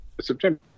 September